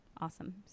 Awesome